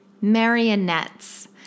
marionettes